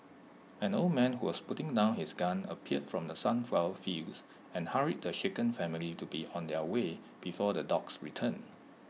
an old man who was putting down his gun appeared from the sunflower fields and hurried the shaken family to be on their way before the dogs return